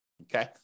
Okay